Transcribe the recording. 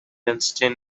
densities